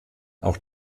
auch